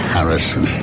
Harrison